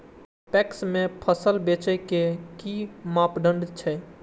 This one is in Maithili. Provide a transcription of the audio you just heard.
पैक्स में फसल बेचे के कि मापदंड छै?